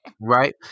Right